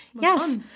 yes